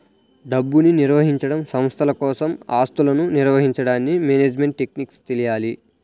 డబ్బుని నిర్వహించడం, సంస్థల కోసం ఆస్తులను నిర్వహించడానికి మేనేజ్మెంట్ టెక్నిక్స్ తెలియాలి